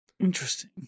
interesting